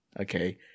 Okay